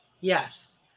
Yes